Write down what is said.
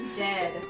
dead